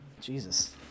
Jesus